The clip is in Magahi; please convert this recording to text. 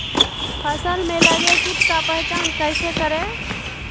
फ़सल में लगे किट का पहचान कैसे करे?